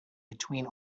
between